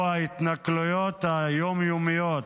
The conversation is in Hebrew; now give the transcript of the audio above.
הוא ההתנכלויות היום-יומיות